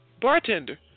Bartender